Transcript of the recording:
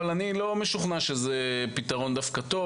אבל אני לא משוכנע שזה פתרון דווקא טוב